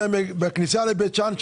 בכניסה לבית שאן,